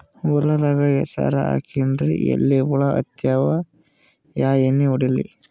ಹೊಲದಾಗ ಹೆಸರ ಹಾಕಿನ್ರಿ, ಎಲಿ ಹುಳ ಹತ್ಯಾವ, ಯಾ ಎಣ್ಣೀ ಹೊಡಿಲಿ?